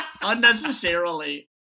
unnecessarily